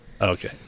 Okay